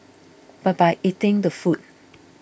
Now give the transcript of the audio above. but by eating the food